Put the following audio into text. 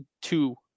two